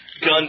gun